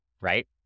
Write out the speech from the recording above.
right